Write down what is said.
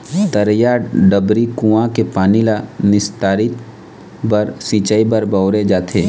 तरिया, डबरी, कुँआ के पानी ल निस्तारी बर, सिंचई बर बउरे जाथे